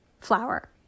flour